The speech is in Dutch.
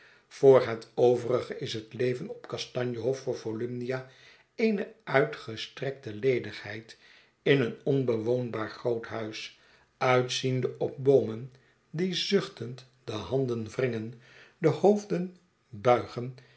voor het overige is het leven op kastanjehof voor volumnia eene uitgestrekte ledigheid in een onbewoonbaar groot huis uitziende op boomen die zuchtend de handen wringen de hoofden buigen